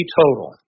total